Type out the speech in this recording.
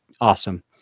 awesome